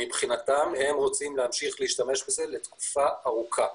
מבחינתם רוצים להמשיך להשתמש בזה לתקופה ארוכה.